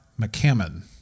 McCammon